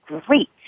great